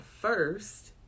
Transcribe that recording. first